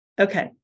Okay